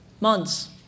months